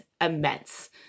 immense